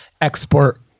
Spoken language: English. export